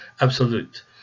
absolute